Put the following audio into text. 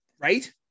right